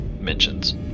mentions